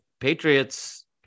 Patriots